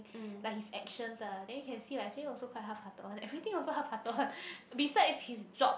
like his actions ah then you can see like actually also quite halfhearted one every also halfhearted one besides his job